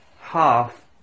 half